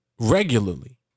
regularly